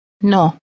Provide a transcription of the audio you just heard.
No